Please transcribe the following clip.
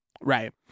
Right